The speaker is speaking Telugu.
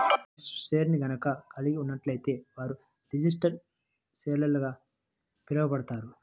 రిజిస్టర్డ్ షేర్ని గనక కలిగి ఉన్నట్లయితే వారు రిజిస్టర్డ్ షేర్హోల్డర్గా పిలవబడతారు